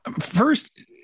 First